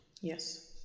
Yes